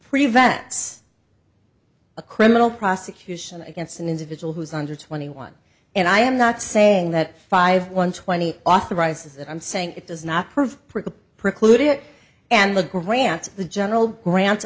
prevents a criminal prosecution against an individual who is under twenty one and i am not saying that five one twenty authorizes that i'm saying it does not prove preclude it and the grants the general grant